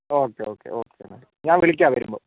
okay okay okay എന്നാൽ ഞാൻ വിളിക്കാം വരുമ്പോൾ